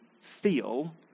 feel